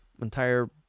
entire